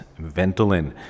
Ventolin